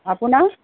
আপোনাৰ